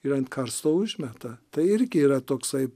ir ant karsto užmeta tai irgi yra toksai